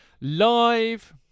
live